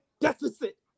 deficit